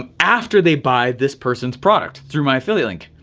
um after they buy this persons product through my affiliate link?